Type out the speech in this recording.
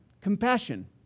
Compassion